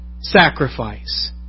Sacrifice